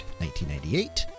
1998